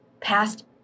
past